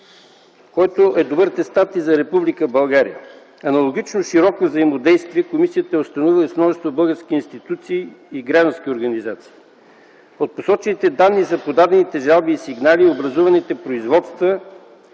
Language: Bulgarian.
което е добър атестат и за Република България. Аналогично, широко взаимодействие комисията е установила с множество български институции и граждански организации. От посочените данни за подадените жалби и сигнали и образуваните производства